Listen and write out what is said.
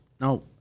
no